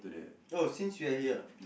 oh since you are here